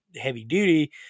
heavy-duty